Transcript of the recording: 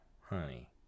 honey